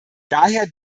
daher